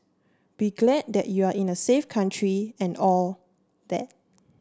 be glad that you are in a safe country and all that